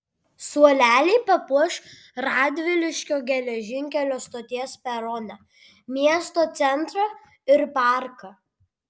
suoleliai papuoš radviliškio geležinkelio stoties peroną miesto centrą ir parką